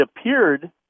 appeared